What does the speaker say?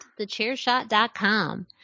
thechairshot.com